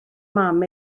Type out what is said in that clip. mam